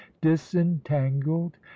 disentangled